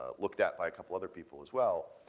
looked at by a couple other people as well,